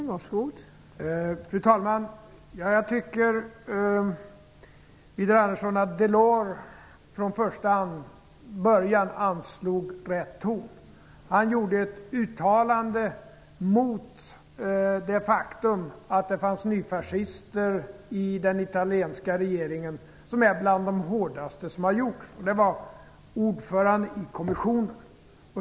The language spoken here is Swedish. Fru talman! Jag tycker, Widar Andersson, att Delors från första början anslog rätt ton. Han gjorde ett uttalande mot det faktum att det finns nyfascister i den italienska regeringen. Uttalandet är bland de hårdaste som gjorts. Uttalandet gjordes av ordföranden i kommissionen.